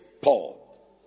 Paul